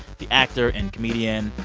the actor and comedian.